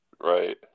Right